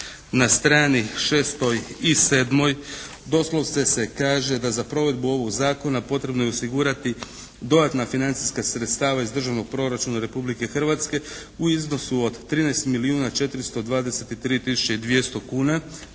na strani 6. i 7. doslovce se kaže da za provedbu ovog Zakona potrebno je osigurati dodatna financijska sredstva iz državnog proračuna Republike Hrvatske u iznosu od 13 milijuna 423 tisuće